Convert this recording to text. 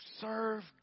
serve